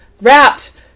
Wrapped